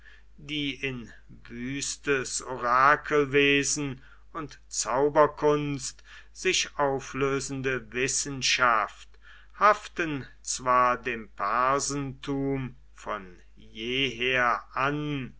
die in wüstes orakelwesen und zauberkunst sich auflösende wissenschaft haften zwar dem parsentum von jeher an